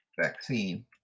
vaccine